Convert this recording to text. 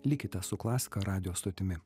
likite su klasika radijo stotimi